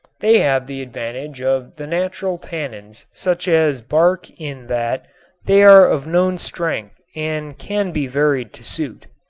they have the advantage of the natural tannins such as bark in that they are of known strength and can be varied to suit.